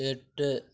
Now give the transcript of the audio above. எட்டு